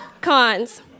Cons